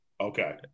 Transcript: Okay